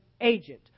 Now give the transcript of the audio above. agent